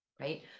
right